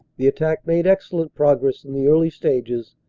the attack made excellent progress in the early stages,